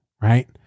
Right